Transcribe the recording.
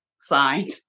signed